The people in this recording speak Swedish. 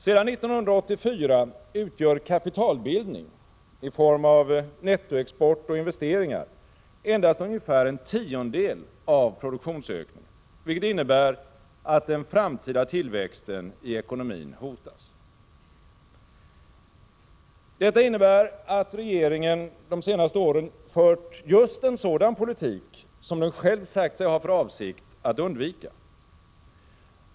Sedan 1984 utgör kapitalbildning i form av nettoexport och investeringar endast ungefär en tiondel av produktionsökningen, vilket innebär att den framtida tillväxten i ekonomin hotas. Detta innebär att regeringen under de senaste åren fört just en sådan politik som den själv sagt sig ha för avsikt att undvika.